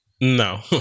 No